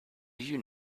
you